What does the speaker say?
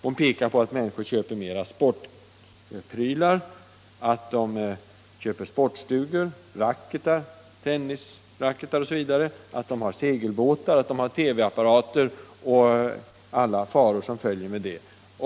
Hon pekar på att människor köper mer sportartiklar, att de köper sportstugor, tennisracketar osv., att de har segelbåtar och TV-apparater, och hon pekar på alla faror som följer med det.